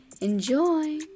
Enjoy